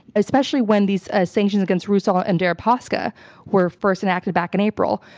especially when these ah sanctions against rusal and deripaska were first enacted back in april.